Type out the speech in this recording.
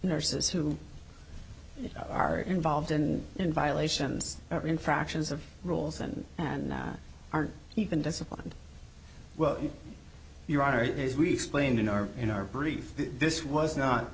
nurses who are involved in in violations infractions of rules and and aren't even disciplined well your honor is we explained in our in our brief this was not